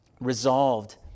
resolved